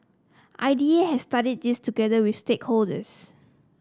I D A has studied this together with stakeholders